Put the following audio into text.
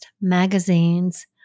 Magazine's